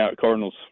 Cardinals